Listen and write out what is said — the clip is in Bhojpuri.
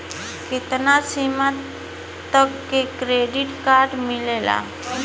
कितना सीमा तक के क्रेडिट कार्ड मिलेला?